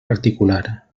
particular